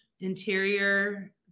interior